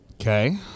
okay